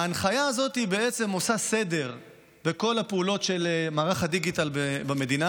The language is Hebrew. ההנחיה הזאת בעצם עושה סדר בכל הפעולות של מערך הדיגיטל במדינה.